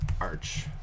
arch